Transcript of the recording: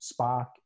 Spock